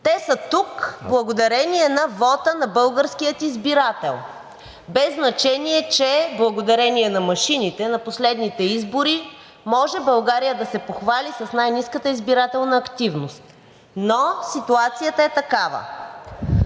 Те са тук благодарение на вота на българския избирател. Без значение, че благодарение на машините на последните избори може България да се похвали с най-ниската избирателна активност, но ситуацията е такава.